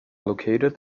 located